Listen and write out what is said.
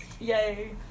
Yay